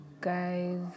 guys